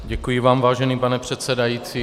Děkuji vám, vážený pane předsedající.